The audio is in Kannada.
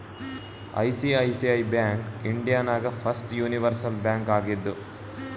ಐ.ಸಿ.ಐ.ಸಿ.ಐ ಬ್ಯಾಂಕ್ ಇಂಡಿಯಾ ನಾಗ್ ಫಸ್ಟ್ ಯೂನಿವರ್ಸಲ್ ಬ್ಯಾಂಕ್ ಆಗಿದ್ದು